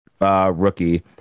Rookie